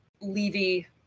Levy